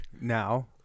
Now